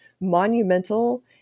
monumental